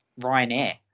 Ryanair